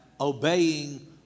obeying